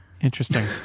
Interesting